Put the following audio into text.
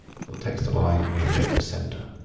for text align, i'm gonna go for centre.